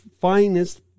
finest